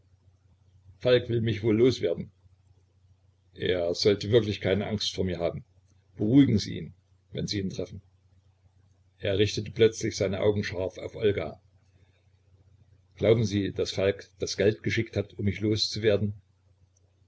falk will mich wohl los werden er sollte wirklich keine angst vor mir haben beruhigen sie ihn wenn sie ihn treffen er richtete plötzlich seine augen scharf auf olga glauben sie daß falk das geld geschickt hat um mich